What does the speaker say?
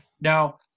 Now